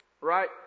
right